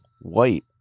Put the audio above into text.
white